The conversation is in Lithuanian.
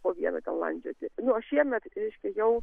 po vieną ten landžioti nu o šiemet reiškia jau